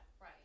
Right